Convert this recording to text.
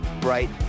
bright